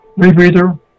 rebreather